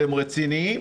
אתם רציניים?